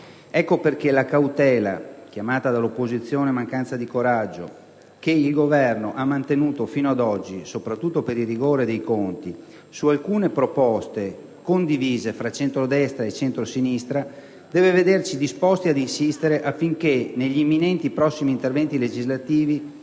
Ecco perché la cautela (chiamata dall'opposizione mancanza di coraggio) che il Governo ha mantenuto fino a d'oggi, soprattutto per il rigore dei conti su alcune proposte condivise tra centrodestra e centrosinistra, deve vederci disposti a insistere affinché negli imminenti interventi legislativi